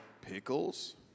pickles